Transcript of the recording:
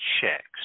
checks